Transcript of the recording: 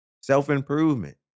Self-improvement